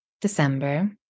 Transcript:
December